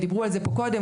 דיברו על זה קודם,